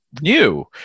New